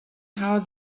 how